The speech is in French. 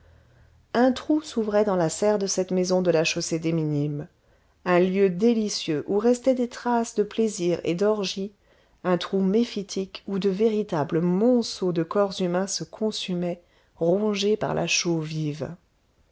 un trou s'ouvrait dans la serre de cette maison de la chaussée des minimes un lieu délicieux où restaient des traces de plaisir et d'orgies un trou méphitique où de véritables monceaux de corps humains se consumaient rongés par la